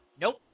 Nope